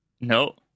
No